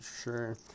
sure